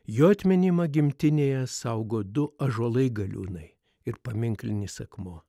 jo atminimą gimtinėje saugo du ąžuolai galiūnai ir paminklinis akmuo